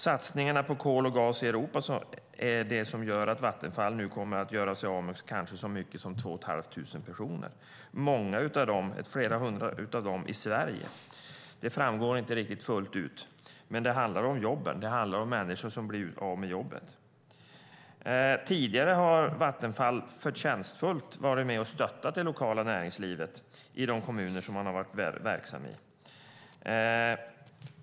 Satsningarna på kol och gas i Europa är det som gör att Vattenfall nu kommer att göra sig av med kanske så mycket som 2 500 personer, flera hundra av dem i Sverige. Det framgår inte riktigt. Men det handlar om jobben, om människor som blir av med jobben. Tidigare har Vattenfall förtjänstfullt varit med och stöttat det lokala näringslivet i de kommuner där man har varit verksam.